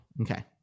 Okay